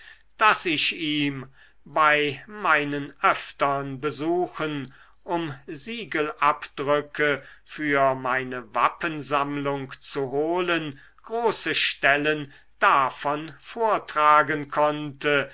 daß ich ihm bei meinen öftern besuchen um siegelabdrücke für meine wappensammlung zu holen große stellen davon vortragen konnte